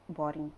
boring